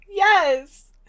Yes